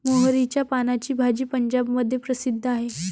मोहरीच्या पानाची भाजी पंजाबमध्ये प्रसिद्ध आहे